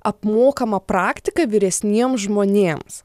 apmokama praktika vyresniems žmonėms